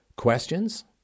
Questions